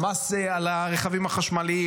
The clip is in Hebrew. מס על הרכבים החשמליים,